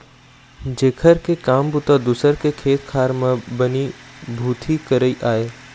जेखर के काम बूता दूसर के खेत खार म बनी भूथी करई आय